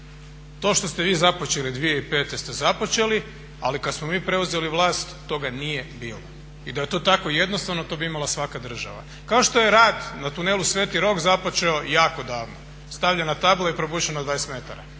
To što ste vi započeli 2005. ste započeli, ali kad smo mi preuzeli vlast toga nije bilo. I da je to tako jednostavno to bi imala svaka država. Kao što je rad na tunelu sv. Rok započeo jako davno, stavljena tabla i probušeno 20 metara.